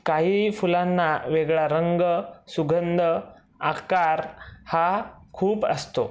काही फुलांना वेगळा रंग सुगंध आकार हा खूप असतो